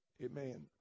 Amen